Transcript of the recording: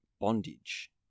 bondage